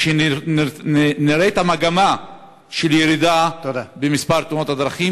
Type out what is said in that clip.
ושנראה את המגמה של הירידה במספר תאונות הדרכים,